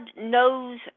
knows